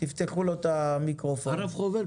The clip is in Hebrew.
בבקשה.